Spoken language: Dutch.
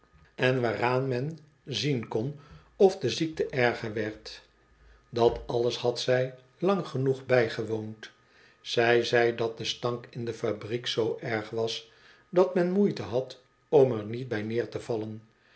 en waaraan men zien kon of de ziekte erger werd dat alles had zij lang genoeg bijgewoond zij zei dat de stank in de fabriek zoo erg was dat men moeite had om er niet bij neer te vallen